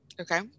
Okay